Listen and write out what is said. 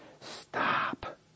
Stop